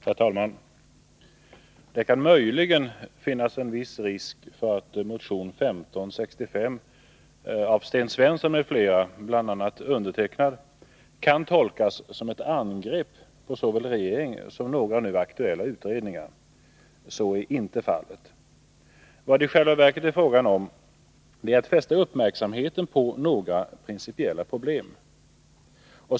Herr talman! Det kan möjligen finnas risk för att motion 1565 av Sten Svensson m.fl., bl.a. mig själv, kan tolkas som ett angrepp på såväl regering som några nu aktuella utredningar. Detta är emellertid ej meningen. Vad det isjälva verket är fråga om är att fästa uppmärksamheten på några principiella problem.